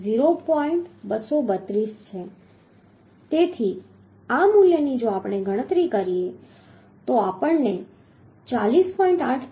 તેથી આ મૂલ્યની જો આપણે ગણતરી કરીએ તો આપણને 40